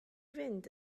fynd